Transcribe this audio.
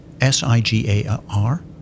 S-I-G-A-R